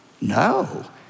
No